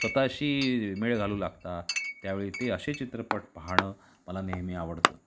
स्वतःशी मेळ घालू लागता त्यावेळी ते असे चित्रपट पाहणं मला नेहमी आवडतं